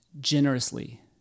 generously